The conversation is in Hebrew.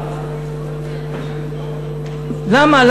למה?